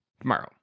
tomorrow